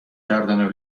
کردنو